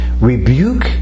rebuke